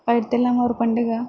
పైడితల్లి వారి పండుగ